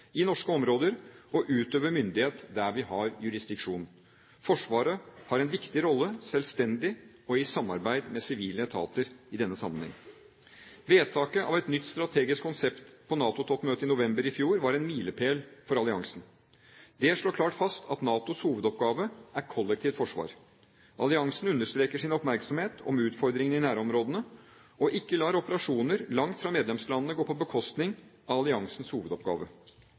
i norske områder og utøve myndighet der vi har jurisdiksjon. Forsvaret har en viktig rolle – selvstendig og i samarbeid med sivile etater i denne sammenheng. Vedtaket av et nytt strategisk konsept på NATO-toppmøtet i november i fjor var en milepæl for alliansen. Det slår klart fast at NATOs hovedoppgave er kollektivt forsvar. Alliansen understreker sin oppmerksomhet om utfordringene i nærområdene, og lar ikke operasjoner langt fra medlemslandene gå på bekostning av alliansens hovedoppgave.